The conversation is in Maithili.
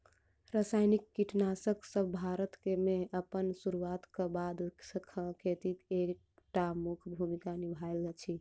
रासायनिक कीटनासकसब भारत मे अप्पन सुरुआत क बाद सँ खेती मे एक टा मुख्य भूमिका निभायल अछि